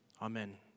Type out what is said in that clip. Amen